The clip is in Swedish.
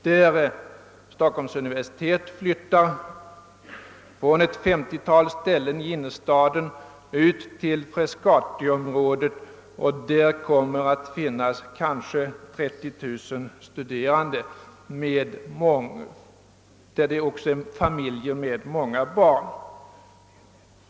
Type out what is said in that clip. Vid Stockholms universitet, som från ett femtiotal ställen i innerstaden flyttar ut till Frescatiområdet, kommer det att finnas kanske 30 000 studerande, däribland många familjer med barn.